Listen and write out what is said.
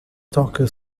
toca